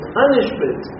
punishment